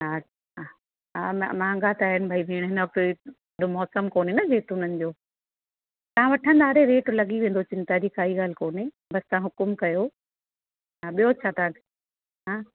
हा महांगा त आहिनि भेण हिन वक़्तु मौसम कोन्हे न जैतुननि जो तव्हां वठंदा अरे रेट लॻी वेंदो चिंता जी काई ॻाल कोन्हे बसि हुकुमु कयो हा ॿियो छा तव्हांखे हा